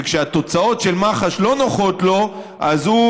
שכשהתוצאות של מח"ש לא נוחות לו אז הוא